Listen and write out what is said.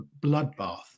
bloodbath